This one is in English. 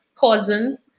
cousins